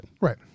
right